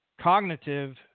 cognitive